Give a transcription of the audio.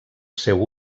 seu